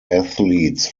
athletes